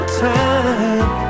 time